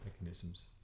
mechanisms